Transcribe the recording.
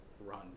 run